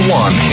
one